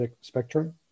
spectrum